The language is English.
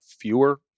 fewer